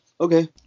Okay